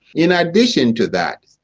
in addition to that,